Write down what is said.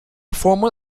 formal